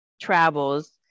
travels